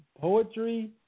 poetry